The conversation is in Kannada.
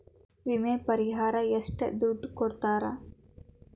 ವಿಮೆ ಪರಿಹಾರ ಎಷ್ಟ ದುಡ್ಡ ಕೊಡ್ತಾರ?